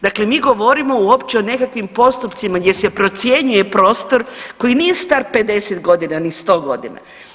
Dakle, mi govorimo uopće o nekakvim postupcima gdje se procjenjuje prostor koji nije star 50 godina ni 100 godina.